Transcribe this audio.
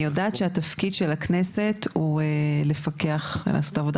אני יודעת שהתפקיד של הכנסת הוא לעשות עבודה